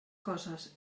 coses